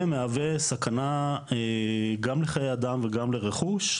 ומהווה סכנה גם לחיי אדם וגם לרכוש.